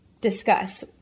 Discuss